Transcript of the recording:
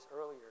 earlier